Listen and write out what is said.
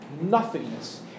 nothingness